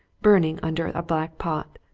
burning under a black pot.